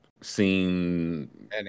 seen